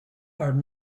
are